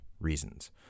reasons